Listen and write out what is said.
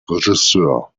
regisseur